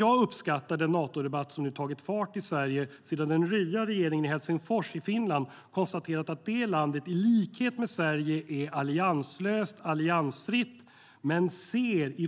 Jag uppskattar den Natodebatt som nu tagit fart i Sverige sedan den nya regeringen i Helsingfors i Finland konstaterat att det landet i likhet med Sverige är allianslöst/alliansfritt, men i Finland ser